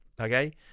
okay